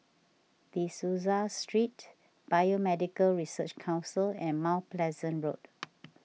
De Souza Street Biomedical Research Council and Mount Pleasant Road